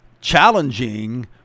challenging